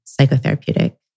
psychotherapeutic